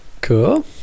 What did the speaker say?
Cool